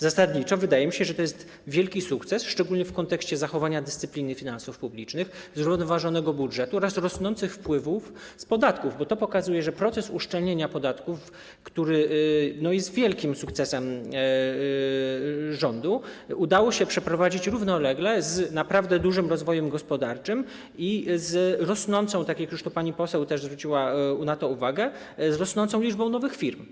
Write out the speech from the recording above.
Zasadniczo wydaje mi się, że to jest wielki sukces, szczególnie w kontekście zachowania dyscypliny finansów publicznych, zrównoważonego budżetu oraz rosnących wpływów z podatków, bo to pokazuje, że proces uszczelnienia podatków, który jest wielkim sukcesem rządu, udało się przeprowadzić równolegle z naprawdę dużym rozwojem gospodarczym i z rosnącą - tak jak już pani poseł zwróciła na to uwagę - liczbą nowych firm.